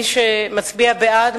מי שמצביע בעד,